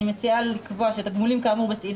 אני מציעה לקבוע שתגמולים כאמור בסעיף